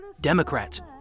Democrats